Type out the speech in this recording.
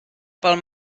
pel